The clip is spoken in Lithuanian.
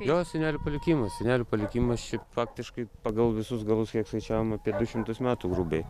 jo senelių palikimas senelių palikimas čia faktiškai pagal visus galus kiek skaičiavom apie du šimtus metų grubiai